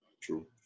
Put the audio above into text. True